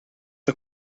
the